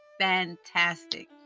fantastic